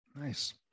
Nice